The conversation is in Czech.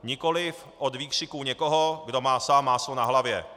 Nikoli od výkřiků někoho, kdo má sám máslo na hlavě.